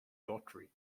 daughtry